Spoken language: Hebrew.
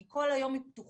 כי כל היום היא פתוחה,